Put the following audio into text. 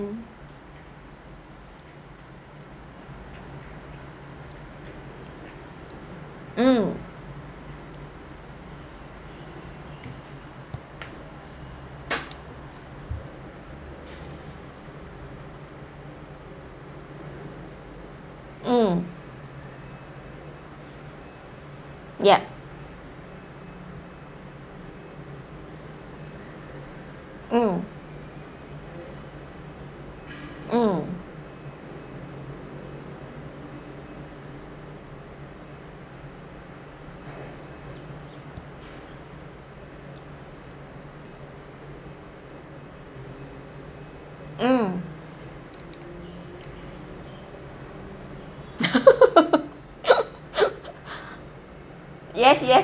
mm mm yup mm mm mm yes yes